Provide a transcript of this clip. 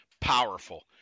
powerful